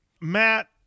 matt